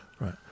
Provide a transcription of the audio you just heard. Right